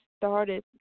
started